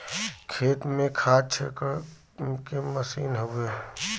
खेत में खाद छिड़के के मसीन हउवे